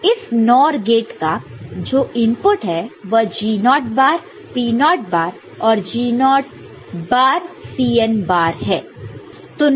तो इस NOR gate का जो इनपुट है वह G0 not naught bar P0 not naught bar और G0 not naught bar Cn bar है